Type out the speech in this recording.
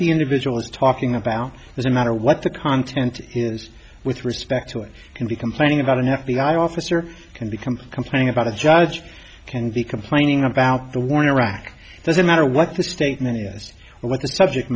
the individual is talking about doesn't matter what the content is with respect to it can be complaining about an f b i officer can become complaining about a judge can be complaining about the war in iraq it doesn't matter what the statement is or what the subject